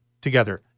together